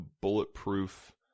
bulletproof